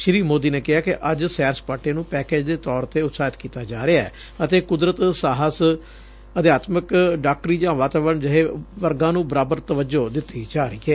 ਸ੍ਰੀ ਮੋਦੀ ਨੇ ਕਿਹਾ ਕਿ ਅੱਜ ਸੈਰ ਸਪਾਟੇ ਨੂੰ ਪੈਕੇਜ ਦੇ ਤੌਰ ਤੂੰ ਉਤਸ਼ਾਹਿਤ ਕੀਤਾ ਜਾ ਰਿਹੈ ਅਤੇ ਕੁਦਰਤ ਸਾਹਸ ਅਧਿਆਤਮਕ ਡਾਕਟਰੀ ਜਾਂ ਵਾਤਾਵਰਣ ਜਹੇ ਵਰਗਾਂ ਨੁੰ ਬਰਾਬਰ ਤਵੱਜੋਂ ਦਿੱਤੀ ਜਾ ਰਹੀ ਏ